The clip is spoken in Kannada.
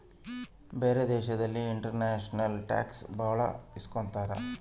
ಬೇರೆ ದೇಶದಲ್ಲಿ ಇಂಟರ್ನ್ಯಾಷನಲ್ ಟ್ಯಾಕ್ಸ್ ಭಾಳ ಇಸ್ಕೊತಾರ